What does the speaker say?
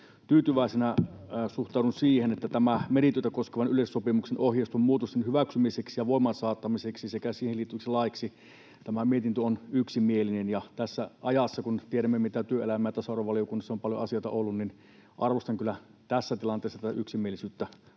tyytyväisenä suhtaudun siihen, että tämä mietintö merityötä koskevan yleissopimuksen ohjeiston muutosten hyväksymiseksi ja voimaansaattamiseksi sekä siihen liittyviksi laeiksi on yksimielinen. Ja kun tässä ajassa tiedämme, mitä asioita työelämä- ja tasa-arvovaliokunnassa on paljon ollut, arvostan kyllä tässä tilanteessa tätä yksimielisyyttä